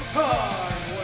time